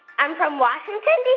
i'm from washington, d